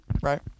Right